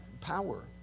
power